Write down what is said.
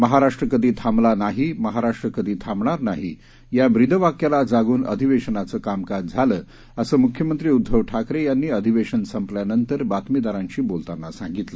महाराष्ट्र कधी थांबला नाही महाराष्ट्र कधी थांबणार नाही या ब्रीदवाक्याला जागून अधिवेशनाचं कामकाज झालं असं मूख्यमंत्री उद्दव ठाकरे यांनी अधिवेशन संपल्यानंतर बातमीदारांशी बोलताना सांगितलं